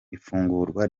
ifungurwa